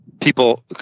people